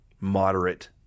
moderate